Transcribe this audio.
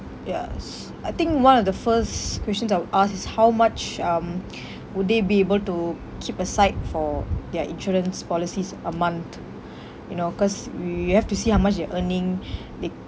yes I think one of the first questions I would ask is how much um would they be able to keep aside for their insurance policies a month you know cause y~ you have to see how much they're earning they